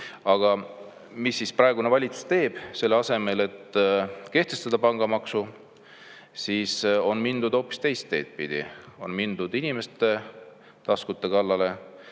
Aga mis siis praegune valitsus teeb? Selle asemel, et kehtestada pangamaksu, on mindud hoopis teist teed pidi, on mindud inimeste taskute kallale